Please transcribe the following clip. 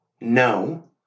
no